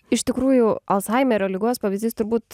iš tikrųjų alzhaimerio ligos pavyzdys turbūt